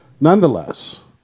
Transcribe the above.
Nonetheless